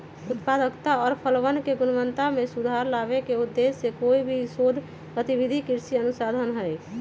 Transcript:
उत्पादकता और फसलवन के गुणवत्ता में सुधार लावे के उद्देश्य से कोई भी शोध गतिविधि कृषि अनुसंधान हई